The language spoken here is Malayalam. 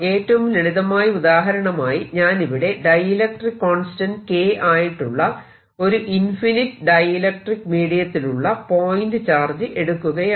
ഏറ്റവും ലളിതമായ ഉദാഹരണമായി ഞാൻ ഇവിടെ ഡൈഇലക്ട്രിക്ക് കോൺസ്റ്റന്റ് K ആയിട്ടുള്ള ഒരു ഇൻഫിനിറ്റ് ഡൈഇലക്ട്രിക്ക് മീഡിയത്തിലുള്ള പോയിന്റ് ചാർജ് എടുക്കുകയാണ്